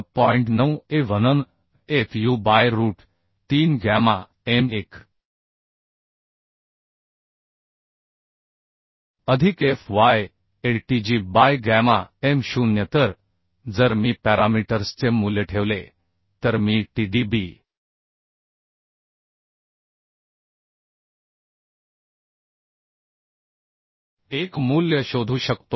9 a v n f u by root 3 gamma m 1 अधिक f y a t g by gamma m 0 तर जर मी पॅरामीटर्सचे मूल्य ठेवले तर मी t d b 1 मूल्य शोधू शकतो